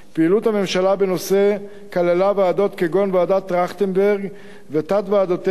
פעילות הממשלה בנושא כללה ועדות כגון ועדת-טרכטנברג ותת-ועדותיה,